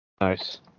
Nice